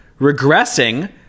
regressing